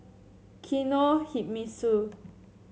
Kinohimitsu